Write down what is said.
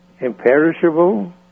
imperishable